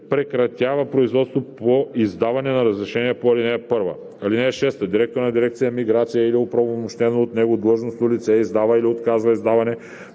прекратява производството по издаване на разрешение по ал. 1. (6) Директорът на дирекция „Миграция“ или оправомощено от него длъжностно лице издава или отказва издаването